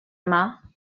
yma